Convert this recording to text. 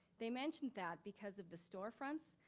they mentioned that because of the storefronts,